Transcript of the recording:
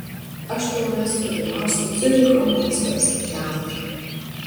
aš tau rasiu geriausią ciuricho miesto psichiatrą